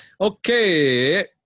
Okay